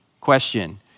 Question